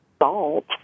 salt